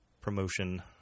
promotion